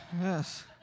Yes